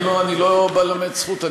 אני לא בא ללמד זכות.